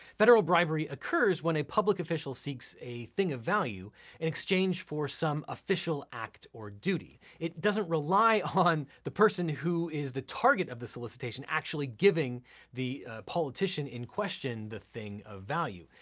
federal bribery occurs when a public official seeks a thing of value in exchange for some official act or duty. it doesn't rely on the person who is the target of the solicitation actually giving the politician in question the thing of value,